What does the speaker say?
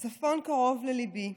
הצפון קרוב לליבי.